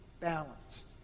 balanced